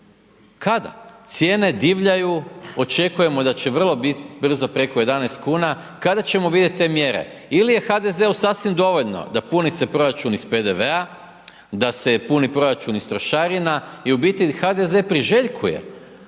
Kada? Cijene divljaju, očekujemo da će vrlo brzo preko 11 kuna, kada ćemo vidjeti te mjere? Ili je HDZ-u sasvim dovoljno da puni se proračun iz PDV-a, da se puni proračun iz trošarina i u biti HDZ priželjkuje